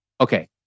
Okay